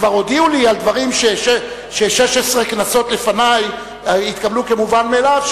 כבר הודיעו לי על דברים ש-16 כנסות לפני התקבלו כמובן מאליו,